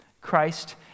Christ